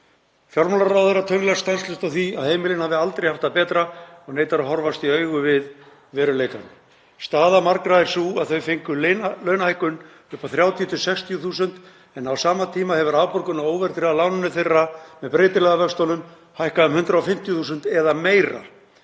Fjármálaráðherra tönnlast stanslaust á því að heimilin hafi aldrei haft það betra og neitar að horfast í augu við veruleikann. Staða margra er sú að þau fengu launahækkun upp á 30–60.000 en á sama tíma hefur afborgun af óverðtryggða láninu þeirra með breytilegu vöxtunum hækkað um 150.000 eða meira.